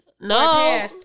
No